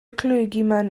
clergyman